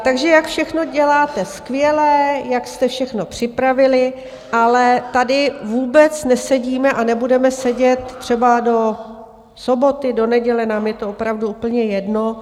Takže jak všechno děláte skvěle, jak jste všechno připravili, ale tady vůbec nesedíme a nebudeme sedět třeba do soboty, do neděle, nám je to opravdu úplně jedno.